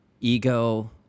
ego